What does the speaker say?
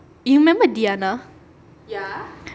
you remember diana